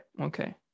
okay